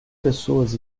pessoas